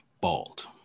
bald